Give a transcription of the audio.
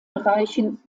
bereichen